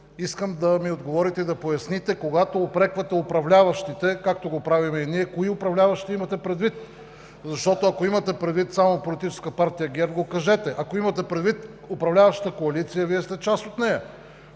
искам да отговорите и да ми поясните: когато упреквате управляващите, както го правим и ние, кои управляващи имате предвид? Защото, ако имате предвид само политическа партия ГЕРБ, го кажете, а ако имате предвид управляващата коалиция – Вие сте част от нея.